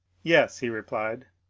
yes, he replied,